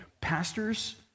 pastors